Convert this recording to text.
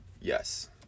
Yes